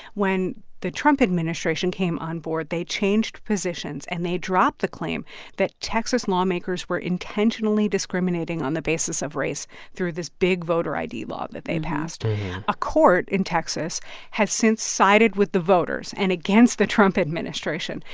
when the trump administration came on board, they changed positions. and they dropped the claim that texas lawmakers were intentionally discriminating on the basis of race through this big voter id law that they passed a court in texas has since sided with the voters and against the trump administration.